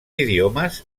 idiomes